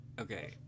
okay